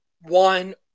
one